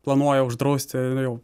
planuoja uždrausti jau